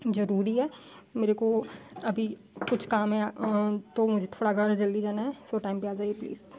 ज़रूरी है मेरे को अभी कुछ काम या तो मुझे थोड़ा घर जल्दी जाना है सो टाइम पर आ जाइए प्लीज़